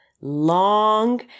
long